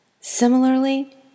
Similarly